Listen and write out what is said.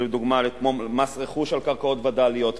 כמו מס רכוש על קרקעות וד"ליות,